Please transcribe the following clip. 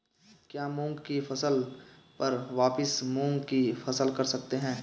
क्या मूंग की फसल पर वापिस मूंग की फसल कर सकते हैं?